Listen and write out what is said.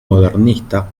modernista